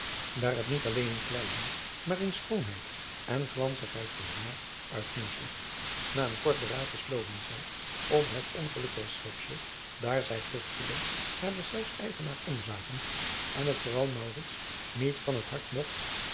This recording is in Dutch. lijnslager het niet alleen in kleinheid maar in schoonheid en glanzigheid van haar uitmunte na een kort beraad besloten zij om het ongelukkig schepsel daar zij vruchteloos naar deszelfs eigenaar omzagen en het vooral maurits niet van het hart mogt